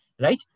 Right